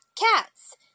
cats